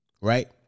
right